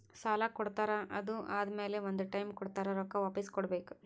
ಸಾಲಾ ಕೊಡ್ತಾರ್ ಅದು ಆದಮ್ಯಾಲ ಒಂದ್ ಟೈಮ್ ಕೊಡ್ತಾರ್ ರೊಕ್ಕಾ ವಾಪಿಸ್ ಕೊಡ್ಬೇಕ್